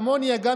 הרמוניה,